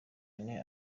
ane